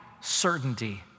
certainty